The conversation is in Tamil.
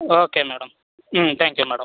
okay madam hmm thank you madam